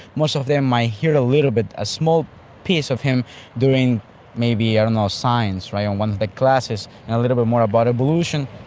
most of them might hear a little bit, a small piece of him during maybe, i don't know, science, in and one of the classes, and a little bit more about evolution,